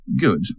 good